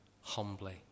humbly